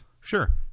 Sure